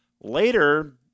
Later